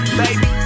baby